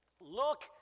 Look